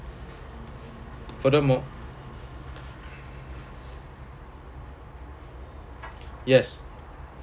furthermore yes